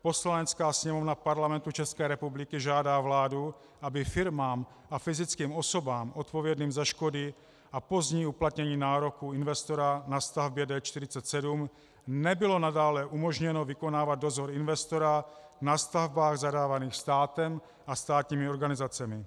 Poslanecká sněmovna Parlamentu České republiky žádá vládu, aby firmám a fyzickým osobám odpovědným za škody a pozdní uplatnění nároku investora na stavbě D47 nebylo nadále umožněno vykonávat dozor investora na stavbách zadávaných státem a státními organizacemi.